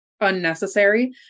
unnecessary